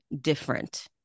different